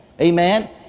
Amen